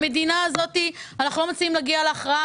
במדינה הזאת אנחנו לא מצליחים להגיע להכרעה,